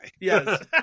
Yes